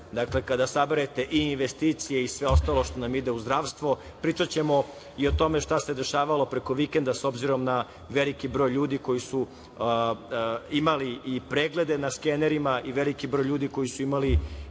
dakle, kada saberete i investicije i sve ostalo što nam ide u zdravstvo. Pričaćemo i o tome šta se dešavalo preko vikenda s obzirom na veliki broj ljudi koji su imali i preglede na skenerima i veliki broj ljudi koji su imali